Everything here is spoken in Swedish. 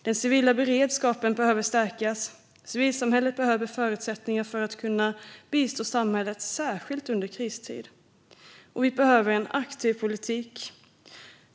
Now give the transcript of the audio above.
Den civila beredskapen behöver stärkas, och civilsamhället behöver förutsättningar för att kunna bistå samhället - särskilt under kristid. Vi behöver också en aktiv politik.